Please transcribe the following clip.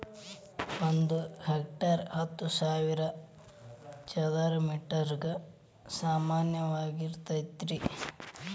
ಒಂದ ಹೆಕ್ಟೇರ್ ಹತ್ತು ಸಾವಿರ ಚದರ ಮೇಟರ್ ಗ ಸಮಾನವಾಗಿರತೈತ್ರಿ